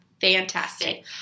Fantastic